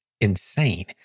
insane